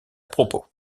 propos